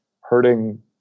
hurting